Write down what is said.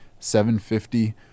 750